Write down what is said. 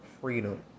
freedom